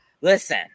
listen